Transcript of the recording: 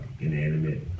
inanimate